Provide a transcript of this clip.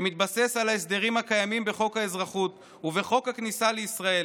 שמתבסס על ההסדרים הקיימים בחוק האזרחות ובחוק הכניסה לישראל